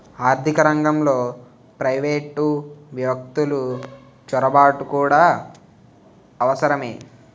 ఆర్థిక రంగంలో ప్రైవేటు వ్యక్తులు చొరబాటు కూడా అవసరమే